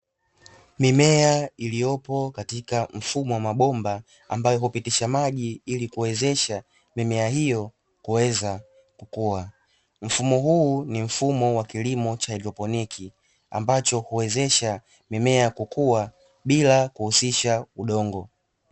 Mimea iliyopo katika mfumo wa mabomba ambayo hupitisha maji ili kuwezesha mimea hiyo kuweza kukua. Mfumo huu ni mfumo wa kilimo cha haidroponiki ambacho huwezesha mimea kukua bila kuhusisha udongo.